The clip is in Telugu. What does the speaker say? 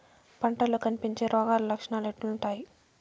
పంటల్లో కనిపించే రోగాలు లక్షణాలు ఎట్లుంటాయి?